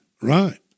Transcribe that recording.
Right